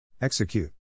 Execute